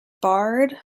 barred